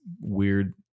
weird